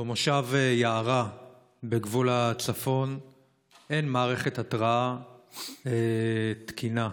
במושב יערה בגבול הצפון אין מערכת התרעה תקינה.